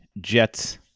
Jets